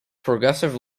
progressive